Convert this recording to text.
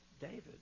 David